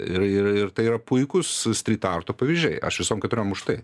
ir ir ir tai yra puikūs strytarto pavyzdžiai aš visom keturiom už tai